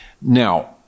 Now